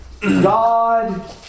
God